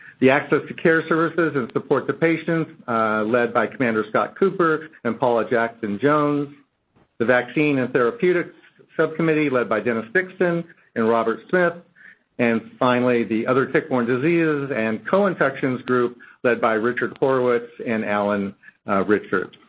the access to care services and support to patients led by commander scott cooper and paula jackson jones the vaccine and therapeutics subcommittee led by dennis dixon and robert smith and finally, the other tick-borne diseases and co-infections group led by richard horowitz and allen richards.